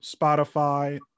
spotify